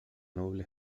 noble